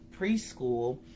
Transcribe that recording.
preschool